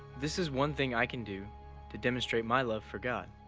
this is one thing i can do to demonstrate my love for god.